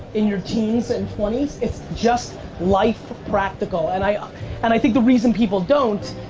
in your teens and twenty s. it's just life practical. and i um and i think the reason people don't,